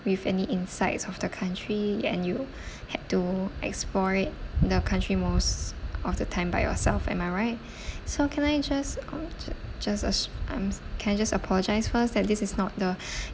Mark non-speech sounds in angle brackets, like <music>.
with any insights of the country and you <breath> had to explore it the country most of the time by yourself am I right <breath> so can I just uh ju~ just uh s~ um can I just apologise first that this is not the <breath>